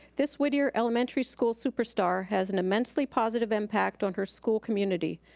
this whittier elementary school super star has an immensely positive impact on her school community.